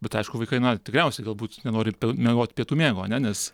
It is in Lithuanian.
bet aišku vaikai na tikriausiai galbūt nenori miegot pietų miego ane nes